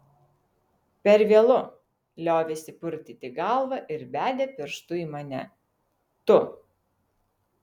per vėlu liovėsi purtyti galvą ir bedė pirštu į mane tu